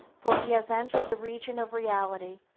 for he has entered the region of reality,